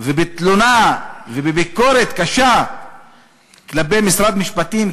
בתלונה ובביקורת קשה כלפי משרד המשפטים,